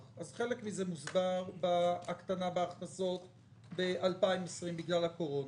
אז חלק מזה מוסבר בהקטנת ההכנסות ב-2020 בגלל הקורונה,